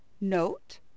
Note